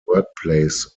workplace